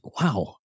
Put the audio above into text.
wow